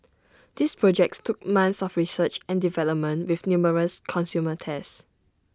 these projects took months of research and development with numerous consumer tests